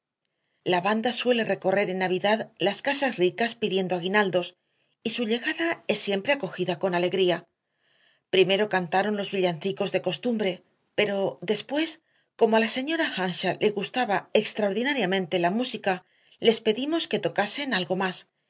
la banda suele recorrer en navidad las casas ricas pidiendo aguinaldos y su llegada es siempre acogida con alegría primero cantaron los villancicos de costumbre pero después como a la señora earnshaw le gustaba extraordinariamente la música les pedimos que tocasen algo más